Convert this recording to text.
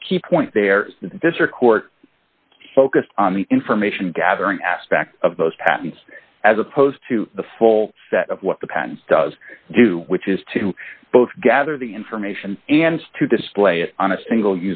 my key point there is this are court focused on the information gathering aspect of those patents as opposed to the full set of what the patent does do which is to both gather the information and to display it on a single